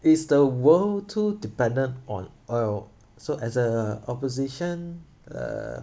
is the world too dependent on oil so as a opposition uh